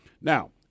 Now